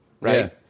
right